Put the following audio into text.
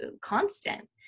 constant